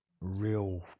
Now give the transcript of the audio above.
Real